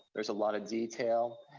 there's a lotta detail.